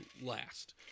last